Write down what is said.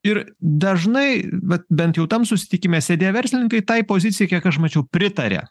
ir dažnai vat bent jau tam susitikime sėdėję verslininkai tai pozicijai kiek aš mačiau pritaria